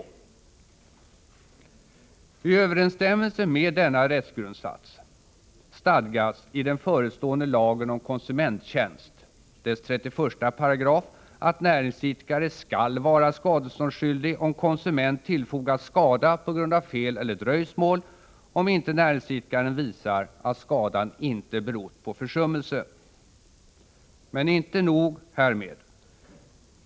I överensstämmelse med denna rättsgrundsats stadgas det i den förestående lagen om konsumenttjänst — dess 31 §— att näringsidkare skall vara skadeståndsskyldig om konsument tillfogats skada på grund av fel eller dröjsmål, om ej näringsidkaren visar att skadan inte berott på försummelse. Men inte nog härmed.